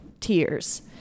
tears